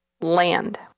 land